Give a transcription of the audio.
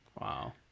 Wow